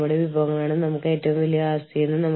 ഞാൻ ഉദ്ദേശിച്ചത് നിങ്ങൾ ഡൽഹി പോലുള്ള സ്ഥലത്താണെങ്കിൽ